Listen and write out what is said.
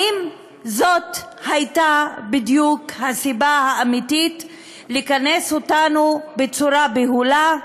האם זאת הייתה בדיוק הסיבה האמיתית לכנס אותנו בצורה בהולה?